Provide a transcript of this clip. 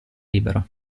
libero